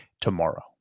tomorrow